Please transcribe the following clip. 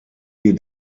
hier